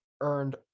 earned